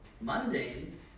mundane